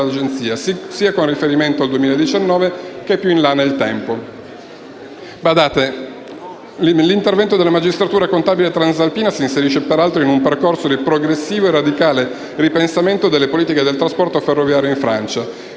sia con riferimento al 2019 che più in là nel tempo. Badate che l'intervento della magistratura contabile transalpina si inserisce in un percorso di progressivo e radicale ripensamento delle politiche del trasporto ferroviario in Francia,